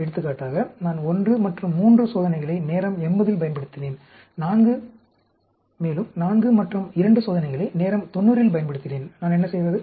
எடுத்துக்காட்டாக நான் 1 மற்றும் 3 சோதனைகளை நேரம் 80 இல் பயன்படுத்தினேன் மேலும் 4 மற்றும் 2 சோதனைகளை நேரம் 90 இல் பயன்படுத்தினேன் நான் என்ன செய்வது